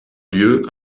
lieu